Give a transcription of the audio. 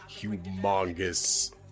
humongous